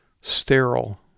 sterile